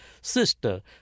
sister